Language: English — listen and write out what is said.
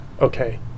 okay